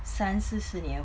三四十年